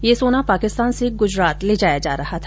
यह सोना पाकिस्तान से गुजरात ले जाया जा रहा था